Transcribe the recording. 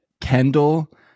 Kendall